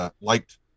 liked